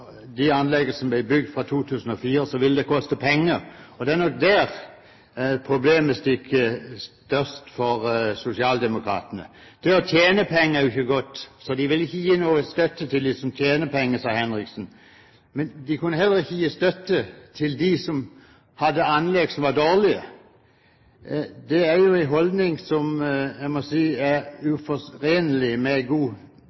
2004, ville det koste penger. Det er nok der problemet stikker dypest for sosialdemokratene. Det å tjene penger er jo ikke godt, så de vil ikke gi noen støtte til dem som tjener penger, sa Henriksen. Men de kunne heller ikke gi støtte til dem som hadde anlegg som var dårlige. Det er jo en holdning som jeg må si er uforenlig med god